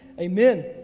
amen